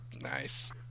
Nice